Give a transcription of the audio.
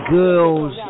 girls